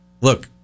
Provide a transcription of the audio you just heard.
look